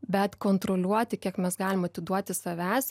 bet kontroliuoti kiek mes galim atiduoti savęs